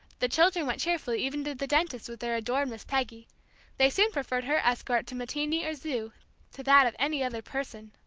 the children went cheerfully even to the dentist with their adored miss peggy they soon preferred her escort to matinee or zoo to that of any other person.